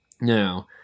Now